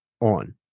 on